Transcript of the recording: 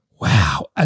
Wow